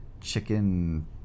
chicken